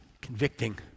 Convicting